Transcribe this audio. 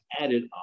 added